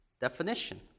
definition